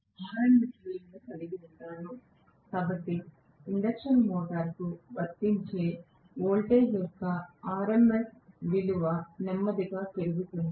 కాబట్టి నేను RMS విలువను కలిగి ఉండగలను కాబట్టి ఇండక్షన్ మోటారుకు వర్తించే వోల్టేజ్ యొక్క RMS విలువ నెమ్మదిగా పెరుగుతుంది